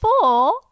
Four